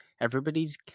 Everybody's